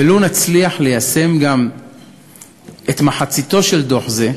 ולו נצליח ליישם את מחציתו של דוח זה,